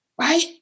right